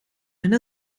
eine